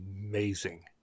amazing